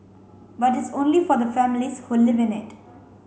but it's only for the families who live in it